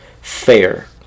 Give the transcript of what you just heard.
fair